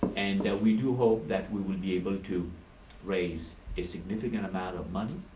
and we do hope that we will be able to raise a significant amount of money,